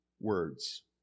words